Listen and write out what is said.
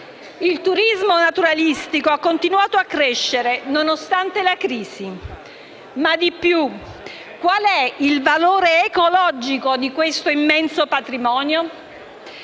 (il turismo naturalistico ha continuato a crescere nonostante la crisi). Inoltre, qual è il valore ecologico di questo immenso patrimonio?